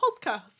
podcast